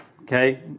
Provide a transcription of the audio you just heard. Okay